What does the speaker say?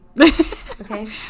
okay